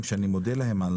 שאני מודה להם על